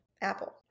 apple